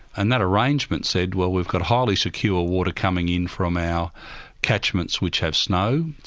and that arrangement said well, we've got highly secure water coming in from our catchments, which have snow,